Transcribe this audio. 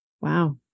Wow